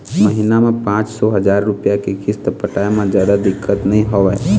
महिना म पाँच सौ, हजार रूपिया के किस्त पटाए म जादा दिक्कत नइ होवय